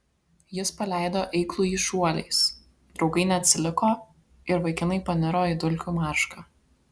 jis paleido eiklųjį šuoliais draugai neatsiliko ir vaikinai paniro į dulkių maršką